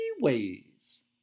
ways